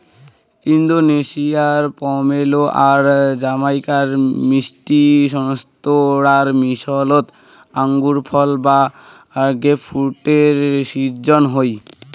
ইন্দোনেশিয়ার পমেলো আর জামাইকার মিষ্টি সোন্তোরার মিশোলোত আঙুরফল বা গ্রেপফ্রুটের শিজ্জন হই